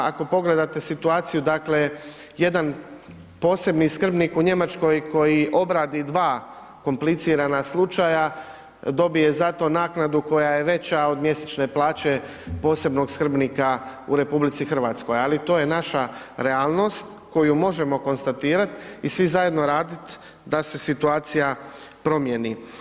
Ako pogledate situaciju, jedan posebni skrbnik u Njemačkoj koji obradi dva komplicirana slučaja dobije za to naknadu koja je veća od mjesečne plaće posebnog skrbnika u RH, ali to je naša realnost koju možemo konstatirati i svi zajedno raditi da se situacija promjeni.